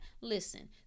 listen